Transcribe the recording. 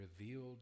Revealed